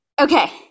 okay